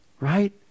Right